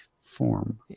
form